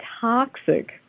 toxic